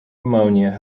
ammonia